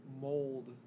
mold